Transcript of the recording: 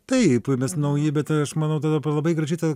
taip mes nauji bet aš manau tada labai graži ta